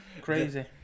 crazy